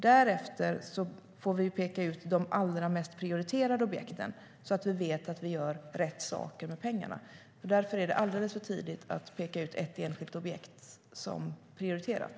Därefter får vi peka ut de allra mest prioriterade objekten så att vi vet att vi gör rätt saker med pengarna, och därför är det alldeles för tidigt att peka ut ett enskilt objekt som prioriterat.